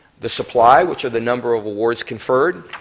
the supply which are the number of awards conferred,